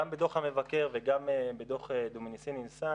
גם בדוח המבקר וגם בדוח דומיניסיני-ניסן